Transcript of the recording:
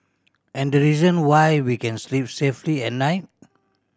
and the reason why we can sleep safely at night